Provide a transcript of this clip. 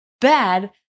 bad